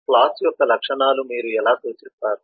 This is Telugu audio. క్లాస్ యొక్క లక్షణాలను మీరు ఎలా సూచిస్తారు